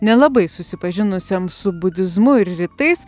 nelabai susipažinusiam su budizmu ir rytais